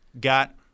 got